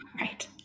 right